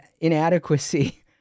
inadequacy